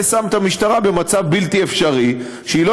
זה שם את המשטרה במצב בלתי אפשרי שהיא לא